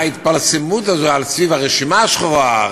כאשר התחיל הפרסום הזה סביב הרשימה השחורה,